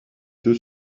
deux